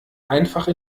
einfach